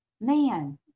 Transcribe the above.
man